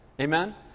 Amen